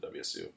WSU